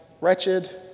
wretched